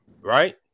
Right